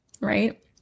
right